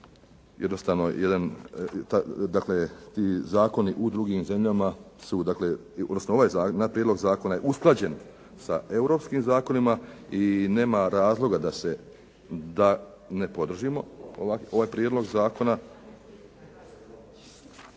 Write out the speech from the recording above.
jednostavno jedan dakle ovaj prijedlog zakona je usklađen sa europskim zakonima. I nema razloga da ne podržimo ovaj prijedlog zakona